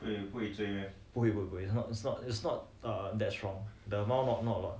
不会不会 it's not it's not that strong the amount not a lot